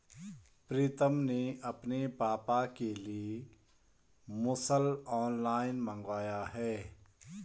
प्रितम ने अपने पापा के लिए मुसल ऑनलाइन मंगवाया है